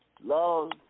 love